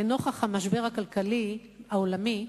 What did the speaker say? לנוכח המשבר הכלכלי העולמי,